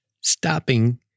stopping